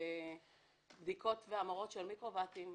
בדיקות והמרות של מיקרו-ואטים.